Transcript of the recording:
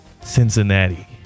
Cincinnati